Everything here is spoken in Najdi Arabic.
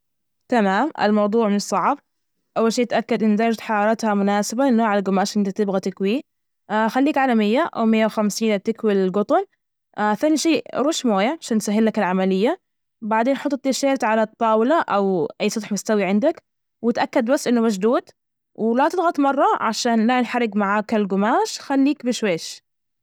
تمام الموضوع مش صعب، أول شي أتأكد إن درجة حرارتها مناسبة إنها على جماشة ال إنت تبغى تكويه، خليك على مائة أو مائة وخمسين ال تكوي الجطن ثاني شي رش مويه عشان تسهلك العملية، بعدين حط التيشيرت على الطاولة أو أي سطح مستوي عندك، وأتأكد بس إنه مشدود ولا تضغط مرة عشان لا ينحرج معاك الجماش، خليك بشويش.